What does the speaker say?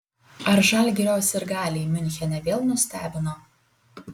ar žalgirio sirgaliai miunchene vėl nustebino